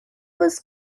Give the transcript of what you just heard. was